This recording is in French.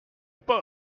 port